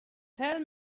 tell